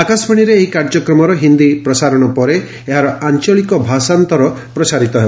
ଆକାଶବାଣୀରେ ଏହି କାର୍ଯ୍ୟକ୍ରମର ହିନ୍ଦୀ ପ୍ରସାରଣ ପରେ ଏହାର ଆଞ୍ଞଳିକ ଭାଷାନ୍ତର ପ୍ରସାରିତ ହେବ